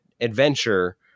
adventure